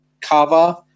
cover